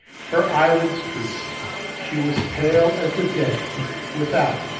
her eyelids drooped she was pale as the dead without,